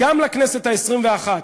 גם לכנסת העשרים-ואחת,